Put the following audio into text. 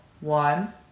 one